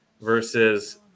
versus